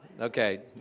Okay